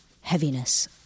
heaviness